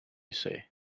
say